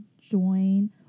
join